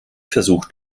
versucht